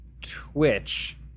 Twitch